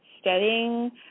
studying